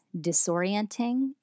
disorienting